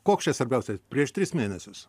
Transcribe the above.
koks čia svarbiausia prieš tris mėnesius